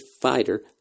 Fighter